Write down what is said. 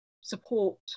support